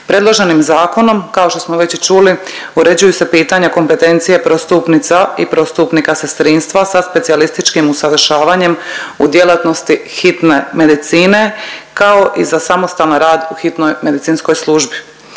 Predloženim zakonom kao što smo već i čuli uređuju se pitanja kompetencije prvostupnica i prvostupnika sestrinstva sa specijalističkim usavršavanjem u djelatnosti hitne medicine kao i za samostalan rad u hitnoj medicinskoj službi.